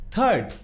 Third